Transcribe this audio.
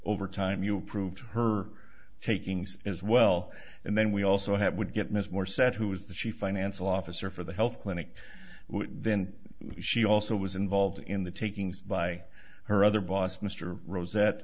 over time you'll prove her takings as well and then we also have would get ms moore said who is the chief financial officer for the health clinic then she also was involved in the takings by her other boss mr rose at